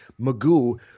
Magoo